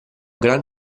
gran